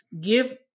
give